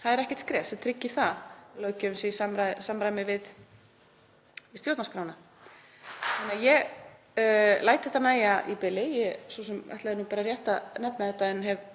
Það er ekkert skref sem tryggir það að löggjöf sé í samræmi við stjórnarskrána. Ég læt þetta nægja í bili. Ég ætlaði nú bara rétt að nefna þetta en hef